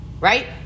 right